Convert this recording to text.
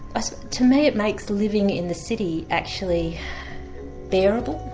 ah to me it makes living in the city actually bearable,